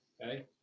Okay